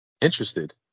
interested